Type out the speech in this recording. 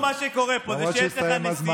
מה שקורה פה זה שיש לך נסיעה,